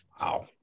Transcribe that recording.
Wow